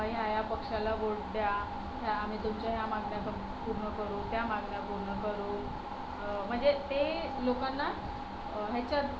ह्या ह्या पक्षाला वोट द्या ह्या आम्ही तुमच्या ह्या मागण्या कंप पूर्ण करू त्या मागण्या पूर्ण करू म्हणजे ते लोकांना ह्याच्यात